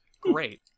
Great